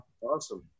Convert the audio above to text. awesome